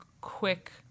quick